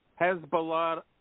Hezbollah